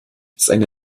seine